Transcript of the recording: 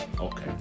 okay